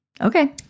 Okay